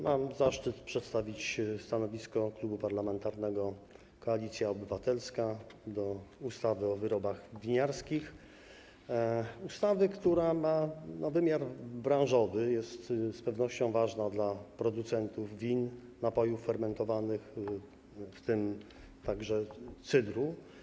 Mam zaszczyt przedstawić stanowisko Klubu Parlamentarnego Koalicja Obywatelska wobec ustawy o wyrobach winiarskich, ustawy, która ma wymiar branżowy, jest z pewnością ważna dla producentów win, napojów fermentowanych, w tym także cydru.